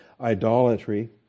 idolatry